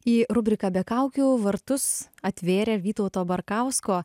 į rubriką be kaukių vartus atvėrė vytauto barkausko